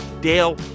Dale